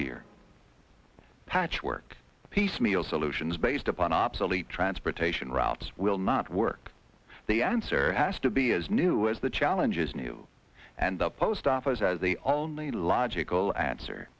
here patchwork piecemeal solutions based upon obsolete transportation routes will not work the answer has to be as new as the challenge is new and the post office has the only logical answer